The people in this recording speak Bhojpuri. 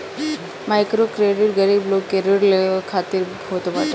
माइक्रोक्रेडिट गरीब लोग के ऋण लेवे खातिर होत बाटे